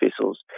vessels